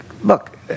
look